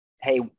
hey